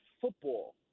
football